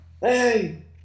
Hey